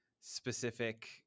specific